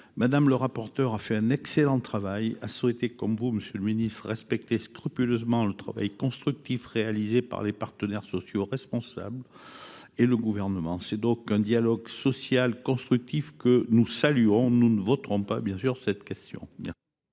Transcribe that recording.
Mme le rapporteur a excellemment travaillé et a souhaité, comme vous, monsieur le ministre, respecter scrupuleusement ce qui a été fait par les partenaires sociaux responsables et le Gouvernement. C’est donc un dialogue social constructif que nous saluons. Nous ne voterons évidemment pas cette motion.